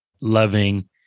loving